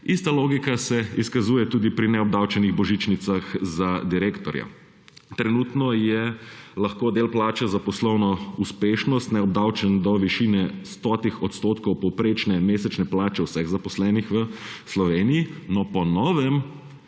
Ista logika se izkazuje tudi pri neobdavčenih božičnicah za direktorja. Trenutno je lahko del plače za poslovno uspešnost neobdavčen do višine 100 % povprečne mesečne plače vseh zaposlenih v Sloveniji, no, po novem